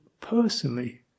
personally